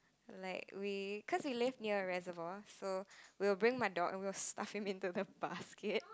like we cause we live near a reservoir so we'll bring my dog along and stuff him in a basket